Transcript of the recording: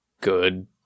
good